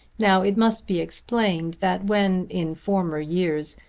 now it must be explained that when, in former years,